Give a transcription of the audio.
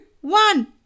one